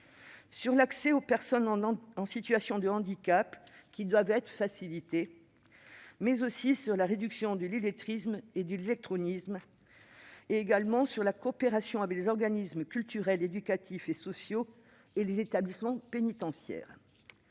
sur l'accès aux personnes en situation de handicap, qui doit être facilité ; sur la réduction de l'illettrisme et l'illectronisme ; sur la coopération avec les organismes culturels éducatifs et sociaux et les établissements pénitentiaires